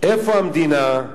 איפה המדינה?